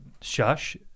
shush